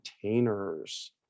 containers